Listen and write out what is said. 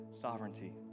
sovereignty